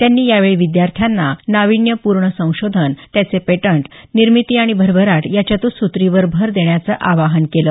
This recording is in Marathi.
त्यांनी यावेळी विद्यार्थ्यांना नाविन्यपूर्ण संशोधन त्याचे पेटंट निर्मिती आणि भरभराट या चत्सूत्रीवर भर देण्याच आवाहन केलं